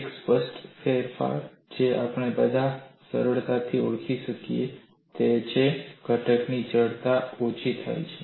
એક સ્પષ્ટ ફેરફાર જે આપણે બધા સરળતાથી ઓળખી શકીએ તે છે ઘટકની જડતા ઓછી થાય છે